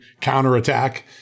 counterattack